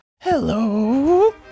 Hello